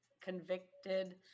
convicted